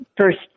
First